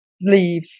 leave